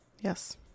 yes